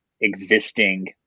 existing